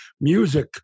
music